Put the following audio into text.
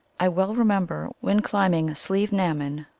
i well remember, when climbing slieve-na mon,